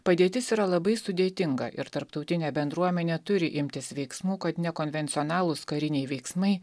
padėtis yra labai sudėtinga ir tarptautinė bendruomenė turi imtis veiksmų kad nekonvencionalūs kariniai veiksmai